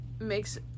makes